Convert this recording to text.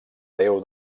déu